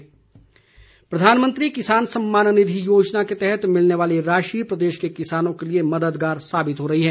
किसान सम्मान निधि प्रधानमंत्री किसान सम्मान निधि योजना के तहत मिलने वाली राशि प्रदेश के किसानों के लिए मददगार साबित हो रही है